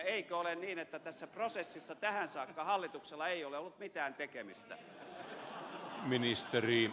eikö ole niin että tässä prosessissa tähän saakka hallituksella ei ole ollut mitään tekemistä